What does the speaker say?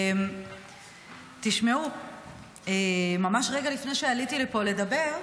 ממש רגע לפני שעליתי לפה לדבר,